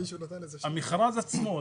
המכרז עצמו.